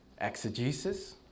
Exegesis